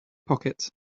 pocket